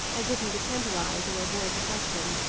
as if he would temporize, or avoid the question.